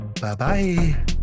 Bye-bye